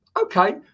okay